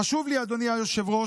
חשוב לי, אדוני היושב-ראש,